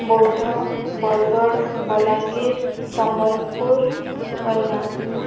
Boudh Bargarh Balangir Sambalpur Ganjam